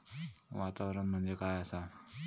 वातावरण म्हणजे काय असा?